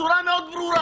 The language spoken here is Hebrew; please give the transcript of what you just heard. בצורה מאוד ברורה.